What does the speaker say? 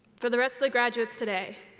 for the rest of the graduates today,